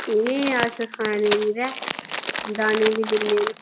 इ'नेंगी अस खाने गी तां दाने बी दिन्ने होन्ने आं